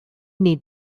need